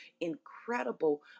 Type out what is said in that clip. incredible